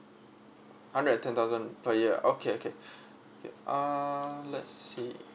hundred and ten thousand per year okay okay K uh let see